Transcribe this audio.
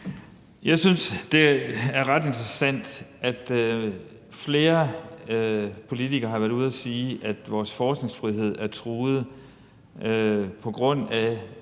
Jeg synes, det er ret interessant, at flere politikere har været ude at sige, at vores forskningsfrihed er truet på grund af